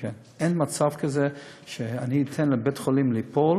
אין מצב כזה שאני אתן לבית-חולים ליפול